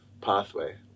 pathway